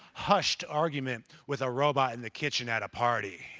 hushed argument with a robot in the kitchen at a party,